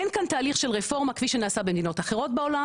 אין כאן תהליך של רפורמה כפי שנעשה במדינות אחרות בעולם,